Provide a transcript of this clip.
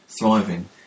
thriving